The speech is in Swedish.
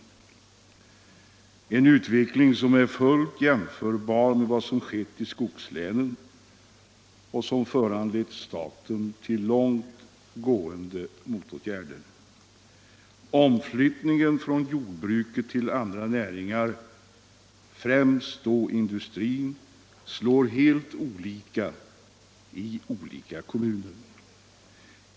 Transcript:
Den utvecklingen är fullt jämförbar med vad som skett i skogslänen och som föranlett staten till långt gående motåtgärder. Omflyttningen från jordbruket till andra näringar — främst då industrin —- slår helt olika i olika kommuner.